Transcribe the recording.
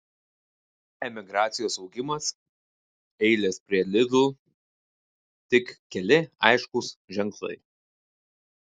emigracijos augimas eilės prie lidl tik keli aiškūs ženklai